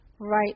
right